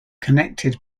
connected